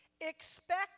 Expect